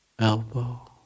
elbow